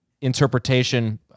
interpretation